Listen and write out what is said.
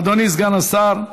אדוני סגן השר.